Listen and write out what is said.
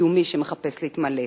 הקיומי שמחפש להתמלא.